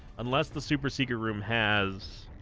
unless the super secret room has